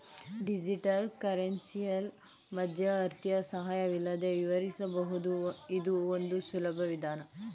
digital ಕರೆನ್ಸಿಯಲ್ಲಿ ಮಧ್ಯವರ್ತಿಯ ಸಹಾಯವಿಲ್ಲದೆ ವಿವರಿಸಬಹುದು ಇದು ಒಂದು ಸುಲಭ ವಿಧಾನ